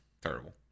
Terrible